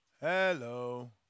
Hello